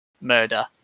murder